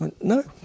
no